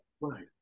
right